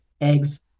eggs